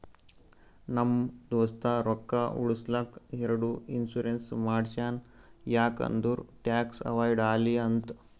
ನಮ್ ದೋಸ್ತ ರೊಕ್ಕಾ ಉಳುಸ್ಲಕ್ ಎರಡು ಇನ್ಸೂರೆನ್ಸ್ ಮಾಡ್ಸ್ಯಾನ್ ಯಾಕ್ ಅಂದುರ್ ಟ್ಯಾಕ್ಸ್ ಅವೈಡ್ ಆಲಿ ಅಂತ್